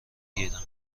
گیرم